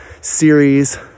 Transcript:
series